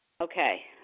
Okay